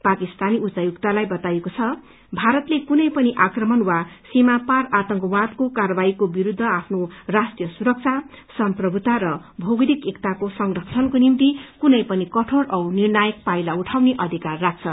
पाकिस्तानी उच्चायुक्तलाई बताइएको छ भारतले कुनै पनि आकमण वा सीमा पार आतंकवादको कार्यवाहीको विरूद्व आफ्नो राष्ट्रीय सुरक्षा सम्प्रभुता र भौगोलिक एकताको संरक्षणको निम्ति कुनै पनि कठोर औ निर्णायक पाइला उठाउने अधिकार राख्छ